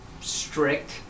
strict